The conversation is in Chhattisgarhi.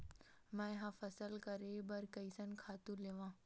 मैं ह फसल करे बर कइसन खातु लेवां?